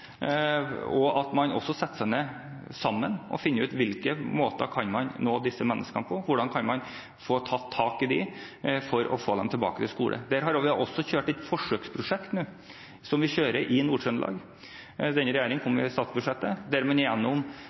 viktig at man reiser den debatten og setter seg ned sammen og finner ut hvilke måter man kan nå disse menneskene på, hvordan man kan få tatt tak i dem for å få dem tilbake i skole. Regjeringen har kjørt et forsøksprosjekt nå, i Nord-Trøndelag – det kom i statsbudsjettet – der man